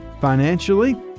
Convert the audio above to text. financially